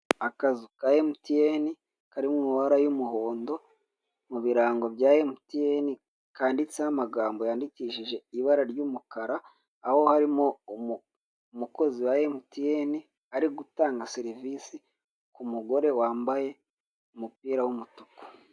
Akazu ka mtn kari mu mabara y'umuhondo mu birango bya mtn kanditseho amagambo yandikishije ibara ry'umukara aho harimo umukozi wa mtn ari gutanga serivise ku mugore wambaye umupira w'umutuku.